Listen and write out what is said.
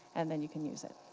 and then you can use it.